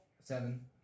Seven